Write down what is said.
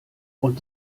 und